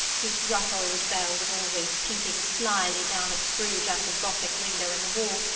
whose gruff old bell was always peeping slily down at scrooge out of a gothic window in the wall,